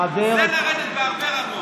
רגע, זו הערת ביניים.